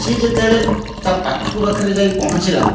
ସେ ଯେତେବେଳେ ତା ପାଖକୁ ପାଖରେ ଯାଇ ପହଞ୍ଚିଲା